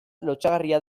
lotsagarria